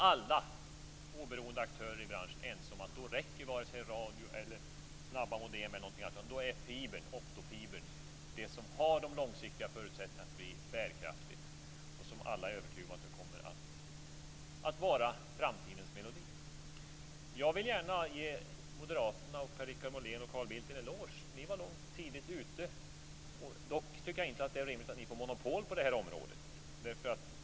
Alla oberoende aktörer i branschen är ense om att det då inte räcker med vare sig radio, snabba modem eller något sådant. Då är fibern, optofibern, det som har de långsiktiga förutsättningarna att bli bärkraftigt. Alla är övertygade om att det kommer att vara framtidens melodi. Jag vill gärna ge moderaterna, och Per-Richard Molén och Carl Bildt, en eloge. Ni var nog tidigt ute. Dock tycker jag inte att det är rimligt att ni får monopol på det här området.